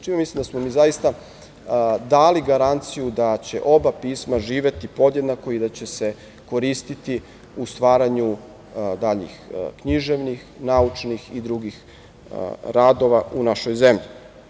Čini mi se da smo mi zaista dali garanciju da će oba pisma živeti podjednako i da će se koristiti u stvaranju daljih književnih, naučnih i drugih radova u našoj zemlji.